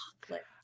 chocolate